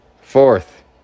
Fourth